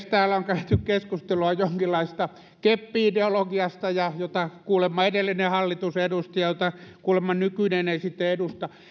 täällä on käyty keskustelua jonkinlaisesta keppi ideologiasta jota kuulemma edellinen hallitus edusti ja jota kuulemma nykyinen ei sitten edusta